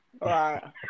right